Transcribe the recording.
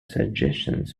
suggestions